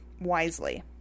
wisely